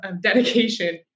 dedication